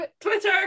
Twitter